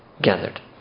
gathered